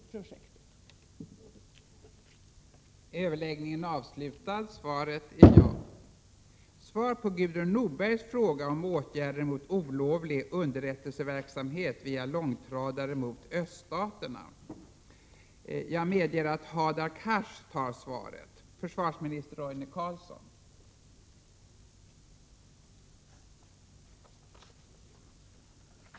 lig underrättelseverksamhet via långtradare från öststaterna